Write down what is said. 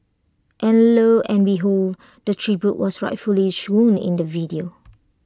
and lo and behold the tribute was rightfully shown in the video